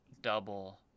double